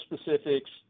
specifics